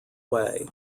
way